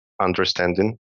Understanding